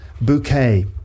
Bouquet